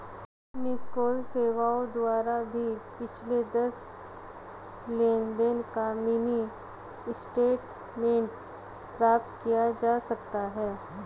miss call सेवाओं द्वारा भी पिछले दस लेनदेन का मिनी स्टेटमेंट प्राप्त किया जा सकता है